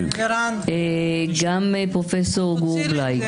גם פרופ' גור בליי,